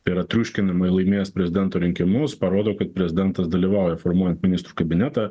tai yra triuškinamai laimėjęs prezidento rinkimus parodo kad prezidentas dalyvauja formuojant ministrų kabinetą